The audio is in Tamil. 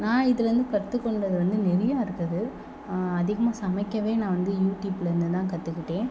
நான் இதுலேருந்து கற்றுக்கொண்டது வந்து நிறையா இருக்குது அதிகமாக சமைக்கவே நான் வந்து யூடியூப்புலேருந்துதான் கற்றுக்கிட்டேன்